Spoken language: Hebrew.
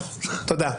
תודה.